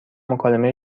مکالمه